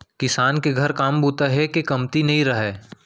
किसान के घर काम बूता हे के कमती नइ रहय